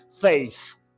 faith